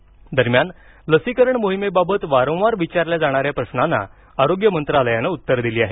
लसीकरण शंका दरम्यान लसीकरण मोहिमेबाबत वारंवार विचारल्या जाणाऱ्या प्रश्रांना आरोग्य मंत्रालयानं उत्तरे दिली आहेत